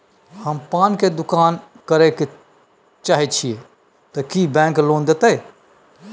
हम पान के दुकान करे चाहे छिये ते की बैंक लोन देतै?